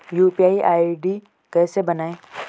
UPI ID कैसे बनायें?